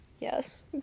yes